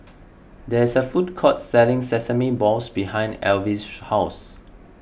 there is a food court selling Sesame Balls behind Alvy's house